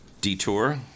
detour